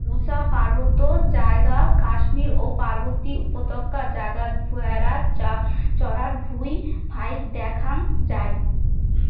উচা পার্বত্য জাগা কাশ্মীর ও পার্বতী উপত্যকা জাগাত ভ্যাড়া চরার ভুঁই ফাইক দ্যাখ্যাং যাই